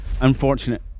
Unfortunate